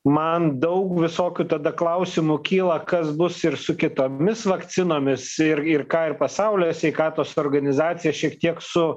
man daug visokių tada klausimų kyla kas bus ir su kitomis vakcinomis ir ir ką ir pasaulio sveikatos organizacija šiek tiek su